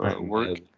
work